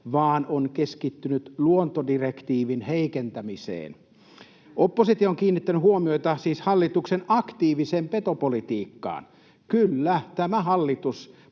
vaan on keskittynyt luontodirektiivin heikentämiseen. Oppositio on kiinnittänyt huomiota siis hallituksen aktiiviseen petopolitiikkaan. Kyllä, tämä hallitus